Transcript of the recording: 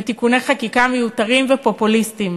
בתיקוני חקיקה מיותרים ופופוליסטיים?